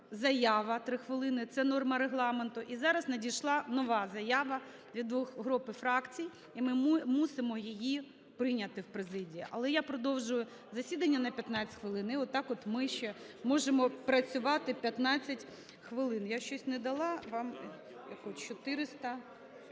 заява 3 хвилини, це норма Регламенту. І зараз надійшла нова заява від двох груп і фракцій, і ми мусимо її прийняти в президії, але я продовжую засідання на 15 хвилин і отак-от ми ще можемо працювати 15 хвилин.